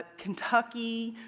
kentucky,